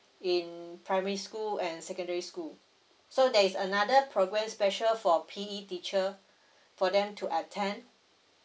in primary school and secondary school so there is another provide special for P_E teacher for them to attend